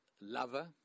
lover